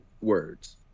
words